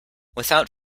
without